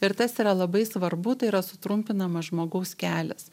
ir tas yra labai svarbu tai yra sutrumpinamas žmogaus kelias